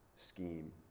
scheme